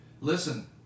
Listen